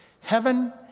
Heaven